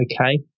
okay